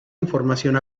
información